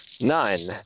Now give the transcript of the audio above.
Nine